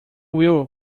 will